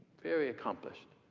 very accomplished.